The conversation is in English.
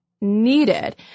needed